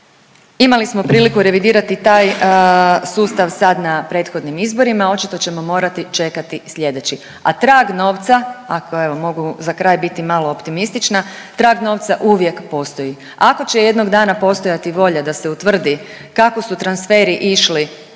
Imali smo priliku revidirati taj sustav sad na prethodnim izborima, a očito ćemo morati čekati slijedeći, a trag novca ako evo mogu za kraj biti malo optimistična, trag novca uvijek postoji. Ako će jednog dana postojati volja da se utvrdi kako su transferi išli